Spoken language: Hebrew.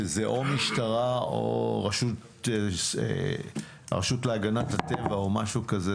שזה או משטרה או הרשות להגנת הטבע או משהו כזה.